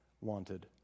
wanted